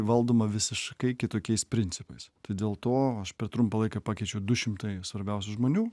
valdoma visiškai kitokiais principais tai dėl to aš per trumpą laiką pakeičiau du šimtai svarbiausių žmonių